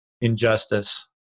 injustice